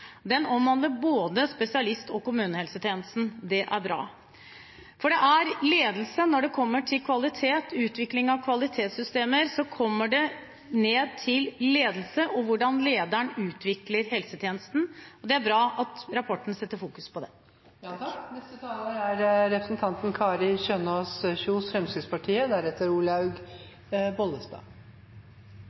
Den omhandler både spesialist- og kommunehelsetjenesten – det er bra, for når det kommer til kvalitet og utvikling av kvalitetssystemer, koker det ned til ledelse, og hvordan lederen utvikler helsetjenesten. Det er bra at rapporten fokuserer på det. For tredje gang legger regjeringen frem en egen melding om kvalitet og pasientsikkerhet. Det er